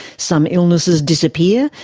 some illnesses disappear,